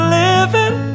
living